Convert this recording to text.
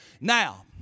Now